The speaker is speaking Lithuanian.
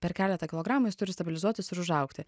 per keletą kilogramų jis turi stabilizuotis ir užaugti